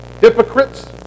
hypocrites